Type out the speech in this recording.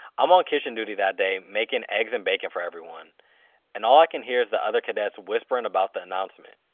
i'm on kitchen duty that day making eggs and bacon for everyone and all i can hear is the other cadets whispering about the announcement.